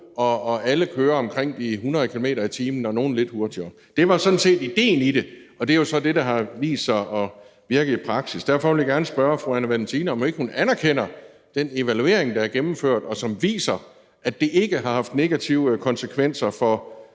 og alle kører omkring de 100 km/t. og nogle lidt hurtigere. Det var sådan set idéen i det, og det er jo så det, der har vist sig at virke i praksis. Derfor vil jeg gerne spørge fru Anne Valentina Berthelsen, om ikke hun anerkender den evaluering, der er gennemført, og som viser, at det ikke har haft negative konsekvenser for